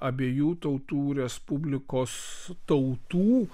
abiejų tautų respublikos tautų